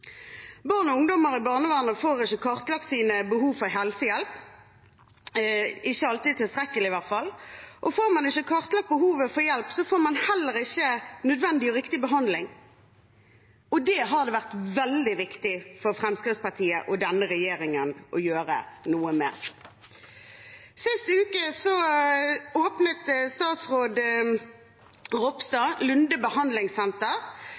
Barn og ungdom i barnevernet får ikke kartlagt sine behov for helsehjelp – ikke alltid tilstrekkelig, i hvert fall. Får man ikke kartlagt behovet for hjelp, får man heller ikke nødvendig og riktig behandling, og det har det vært veldig viktig for Fremskrittspartiet og denne regjeringen å gjøre noe med. Sist uke åpnet statsråd Ropstad Lunde behandlingssenter.